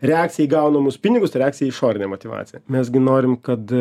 reakcija į gaunamus pinigus reakcija į išorinę motyvaciją mes gi norim kad